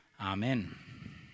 Amen